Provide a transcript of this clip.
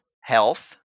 health